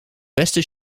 beste